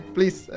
Please